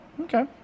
Okay